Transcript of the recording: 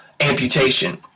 amputation